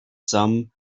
some